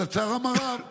אבל לצערם הרב,